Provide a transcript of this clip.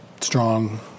strong